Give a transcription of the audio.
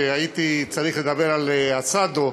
הייתי צריך לדבר על אסדו,